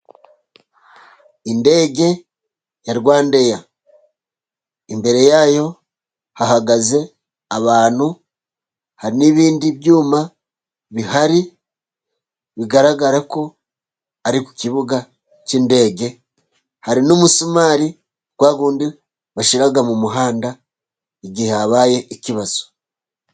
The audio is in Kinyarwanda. Indege ya Rwandeye. Imbere yayo hahagaze abantu, hari n'ibindi byuma bihari, bigaragara ko ari ku kibuga k'indege, hari n'umusumari wawundi bashyira mu muhanda, igihe habaye ikibazo.